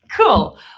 Cool